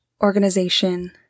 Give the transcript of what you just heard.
organization